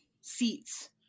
seats